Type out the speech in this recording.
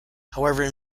however